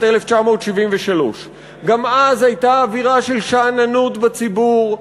1973. גם אז הייתה אווירה של שאננות בציבור,